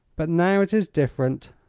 but now it is different.